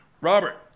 Robert